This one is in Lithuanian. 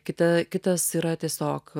kitą kitas yra tiesiog